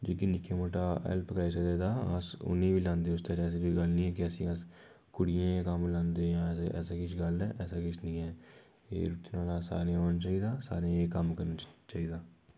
जेह्का निक्का मुट्टा हैल्फ कराई सकदे तां अस उ'नें गी बी लांदे ऐसी कोई गल्ल नेईं केह् अस कुड़ियें गी गै कम्म लांदे जां ऐसा किश गल्ल ऐ ऐसा किश नेईं ऐ ते रुट्टी बनाना सारें गी औंनी चाहिदी ते सारें गी कम्म करना चाहिदा